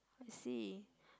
I see